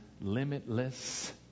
limitless